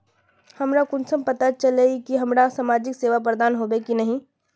हमरा कुंसम पता चला इ की हमरा समाजिक सेवा प्रदान होबे की नहीं?